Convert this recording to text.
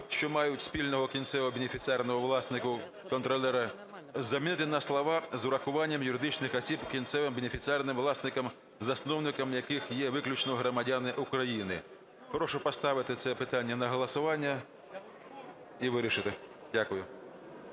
що мають спільного кінцевого бенефіціарного власника (контролера)" замінити на слова "з урахуванням юридичних осіб кінцевим бенефіціарним власником, засновником яких є виключно громадяни України". Прошу поставити це питання на голосування і вирішити. Дякую.